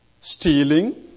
stealing